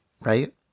Right